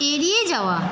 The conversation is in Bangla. এড়িয়ে যাওয়া